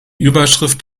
überschrift